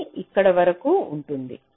ఇది ఇక్కడ వరకు ఉంటుంది